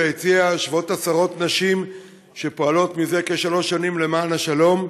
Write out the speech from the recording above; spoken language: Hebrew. ביציע יושבות עשרות נשים שפועלות זה כשלוש שנים למען השלום,